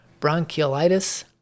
bronchiolitis